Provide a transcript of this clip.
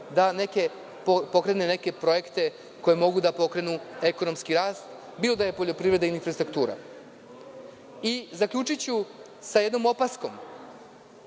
da pokrene neke projekte koji mogu da pokrenu ekonomski rast, bilo da je poljoprivreda ili infrastruktura. Zaključiću sa jednom opaskom,